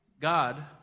God